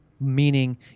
Meaning